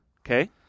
Okay